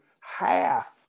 half